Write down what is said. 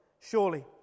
Surely